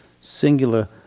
singular